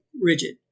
rigid